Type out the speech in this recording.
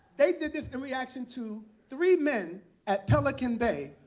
they did this in reaction to three men at pelican bay,